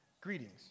greetings